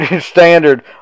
standard